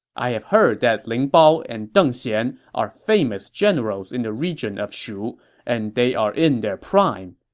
i have heard that ling bao and deng xian are famous generals in the region of shu and they are in their prime.